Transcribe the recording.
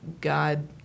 God